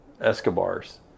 Escobars